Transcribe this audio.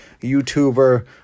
YouTuber